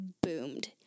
boomed